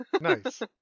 Nice